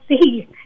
see